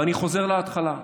אבל אני חוזר להתחלה,